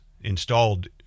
installed